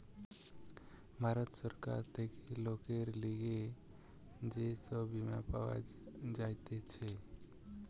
ভারত সরকার থেকে লোকের লিগে যে সব বীমা পাওয়া যাতিছে